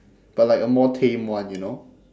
but like a more tame one you know